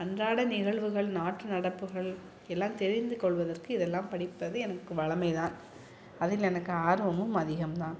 அன்றாட நிகழ்வுகள் நாட்டு நடப்புகள் எல்லாம் தெரிந்துக்கொள்வதற்கு இதெல்லாம் படிப்பது எனக்கு வளமை தான் அதில் எனக்கு ஆர்வமும் அதிகம் தான்